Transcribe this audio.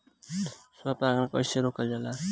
स्व परागण कइसे रोकल जाला?